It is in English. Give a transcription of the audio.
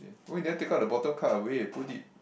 why never take out the bottom card away put it